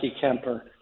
Kemper